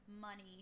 money